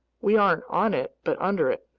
we aren't on it but under it.